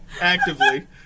actively